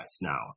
now